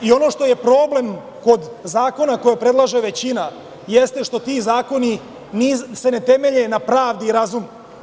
I, ono što je problem kod zakona koji predlaže većina, jeste što ti zakoni se ne temelje na pravdi i razumu.